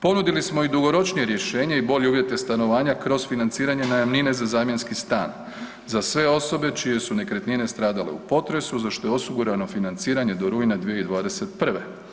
Ponudili smo i dugoročnije rješenje i bolje uvjete stanovanja kroz financiranje najamnine za zamjenski stan za sve osobe čije su nekretnine stradale u potresu, za što je osigurano financiranje do rujna 2021.